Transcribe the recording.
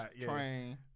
train